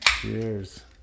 Cheers